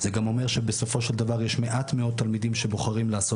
זה גם אומר שבסופו של דבר יש מעט מאוד תלמידים שבוחרים ללמוד